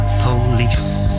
police